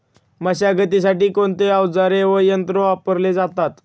मशागतीसाठी कोणते अवजारे व यंत्र वापरले जातात?